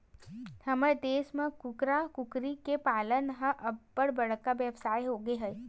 हमर देस म कुकरा, कुकरी के पालन ह अब्बड़ बड़का बेवसाय होगे हे